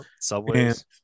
subways